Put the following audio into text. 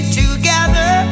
together